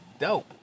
dope